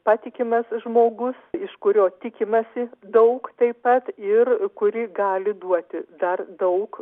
patikimas žmogus iš kurio tikimasi daug taip pat ir kuri gali duoti dar daug